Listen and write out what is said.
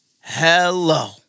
hello